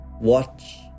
watch